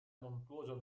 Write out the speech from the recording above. montuosa